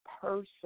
person